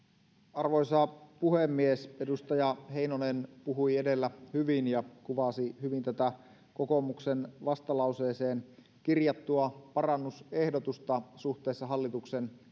arvoisa puhemies edustaja heinonen puhui edellä hyvin ja kuvasi hyvin kokoomuksen vastalauseeseen kirjattua parannusehdotusta suhteessa hallituksen